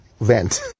vent